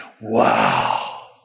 wow